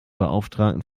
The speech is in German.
beauftragten